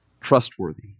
trustworthy